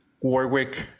Warwick